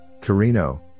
Carino